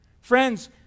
Friends